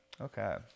Okay